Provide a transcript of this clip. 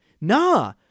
Nah